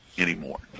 anymore